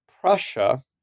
Prussia